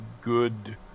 good